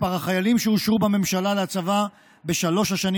מספר החיילים שאושרו בממשלה להצבה בשלוש השנים